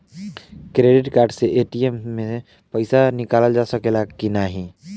Credit card से ATM से पइसा निकाल सकल जाला की नाहीं?